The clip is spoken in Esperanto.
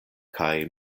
kaj